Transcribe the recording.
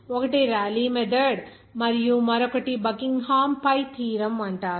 ఒకటి రేలీ మెథడ్Rayleighs method మరియు మరొకటి బకింగ్హామ్ pi థీరమ్ అంటారు